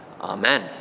Amen